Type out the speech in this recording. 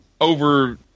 over